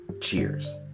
Cheers